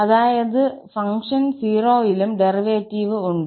അതായത് ഫംഗ്ഷന് 0 ലും ഡെറിവേറ്റീവ് ഉണ്ട്